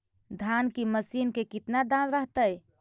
धान की मशीन के कितना दाम रहतय?